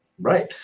right